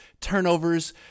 turnovers